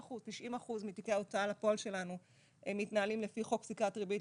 80%-90% מתיקי ההוצאה לפועל שלנו הם מתנהלים לפי חוק פסיקת ריבית